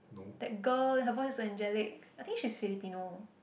that girl her voice is so angelic I think she's Filipino